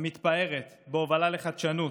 המתפארת בהובלה לחדשנות,